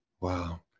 wow